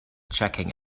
checking